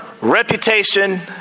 reputation